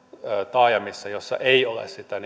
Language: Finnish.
taajamissa joissa ei ole sitä